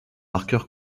marqueurs